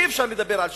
אי-אפשר לדבר על שוויון.